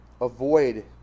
avoid